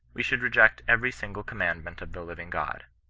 we should reject every single commandment of the living god.